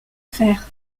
faire